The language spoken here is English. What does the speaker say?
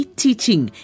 teaching